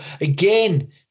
Again